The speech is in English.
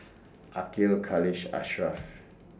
Aqil Khalish and Ashraff